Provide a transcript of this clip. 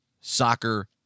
Soccer